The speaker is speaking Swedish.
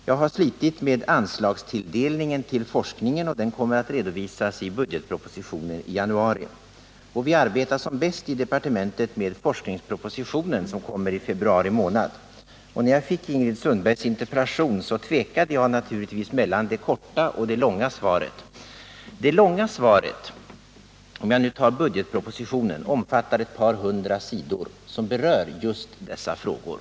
Jag har slitit med anslagstilldelningen till forskning, och den kommer att redovisas i budgetpropositionen i januari. Vi arbetar som bäst i departementet med forskningspropositionen, som kommer att läggas fram i februari månad. När jag fick Ingrid Sundbergs interpellation tvekade jag mellan det korta och det långa svaret. Det långa svaret — för att nu först peka på budgetpro positionen — omfattar ett par hundra sidor som berör just dessa frågor.